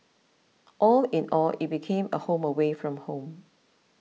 all in all it became a home away from home